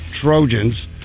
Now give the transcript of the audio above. Trojans